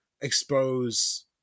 expose